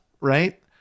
right